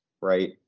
right